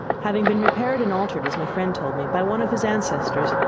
having been repaired and altered, as my friend told me, by one of his ancestors,